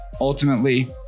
ultimately